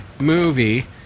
movie